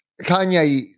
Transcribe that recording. Kanye